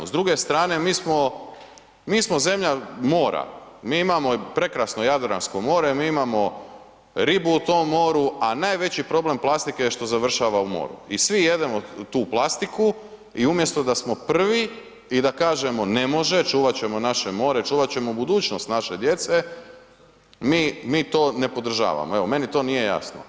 S druge strane, mi smo zemlja mora, mi imamo prekrasno Jadransko more, mi imamo ribu u tom moru a najveći problem plastike je što završava u moru i svi jedemo tu plastiku i umjesto da smo prvi i da kažemo ne može, čuvat ćemo naše more, čuvat ćemo budućnost naše djece, mi to ne podržavamo, evo meni to nije jasno.